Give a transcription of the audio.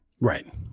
right